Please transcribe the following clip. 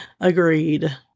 Agreed